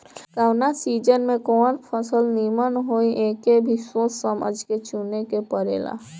कवना सीजन में कवन फसल निमन होई एके भी सोच समझ के चुने के पड़ेला